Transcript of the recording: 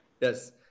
Yes